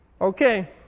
Okay